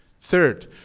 Third